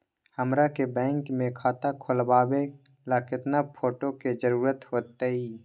हमरा के बैंक में खाता खोलबाबे ला केतना फोटो के जरूरत होतई?